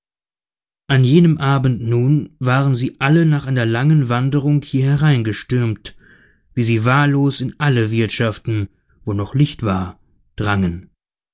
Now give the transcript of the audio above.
an jenem abend nun waren sie alle nach einer langen wanderung hier herein gestürmt wie sie wahllos in alle wirtschaften wo noch licht war drangen